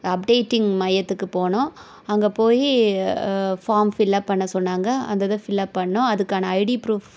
updating மையத்துக்கு போனோம் அங்கேப் போய் ஃபாம் ஃபில்லப் பண்ண சொன்னாங்க அந்த இதை ஃபில்லப் பண்ணோம் அதுக்கான ஐடி ப்ரூஃப்